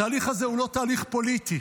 התהליך הזה הוא לא תהליך פוליטי,